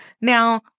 Now